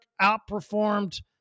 outperformed